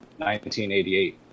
1988